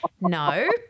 no